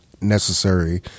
necessary